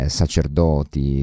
sacerdoti